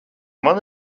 man